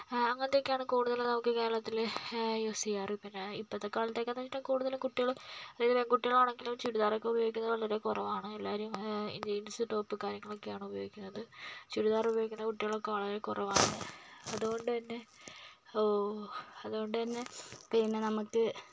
അങ്ങനത്തെ ഒക്കെയാണ് കൂടുതലും നമുക്ക് കേരളത്തില് യൂസ് ചെയ്യാറ് ഇപ്പോളത്തെ കാലത്തൊക്കെ കൊടുത്താലും കുട്ടികള് ഒരുവിധം കുട്ടികളാണെങ്കിലും ചുരിദാറൊക്കെ ഉപയോഗിക്കുന്നത് വളരെ കുറവാണ് എല്ലാവരും ജീൻസും ടോപ്പും കാര്യങ്ങളൊക്കെയാണ് ഉപയോഗിക്കുന്നത് ചുരിദാർ ഉപയോഗിക്കുന്ന കുട്ടികളൊക്കെ വളരെ കുറവാണ് അതുകൊണ്ട്തന്നെ അതുകൊണ്ട്തന്നെ പിന്നെ നമുക്ക്